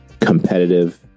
competitive